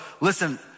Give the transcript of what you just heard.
listen